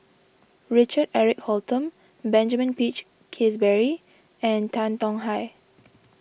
Richard Eric Holttum Benjamin Peach Keasberry and Tan Tong Hye